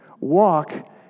Walk